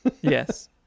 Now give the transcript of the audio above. Yes